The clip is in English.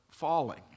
falling